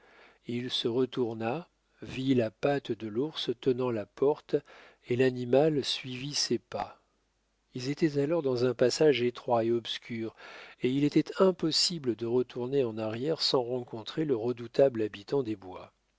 il se retourna vit la patte de l'ours tenant la porte et l'animal suivit ses pas ils étaient alors dans un passage étroit et obscur et il était impossible de retourner en arrière sans rencontrer le redoutable habitant des bois